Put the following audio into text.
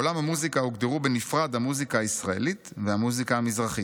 בעולם המוזיקה הוגדרו בנפרד המוזיקה הישראלית והמוזיקה המזרחית,